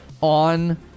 on